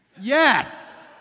Yes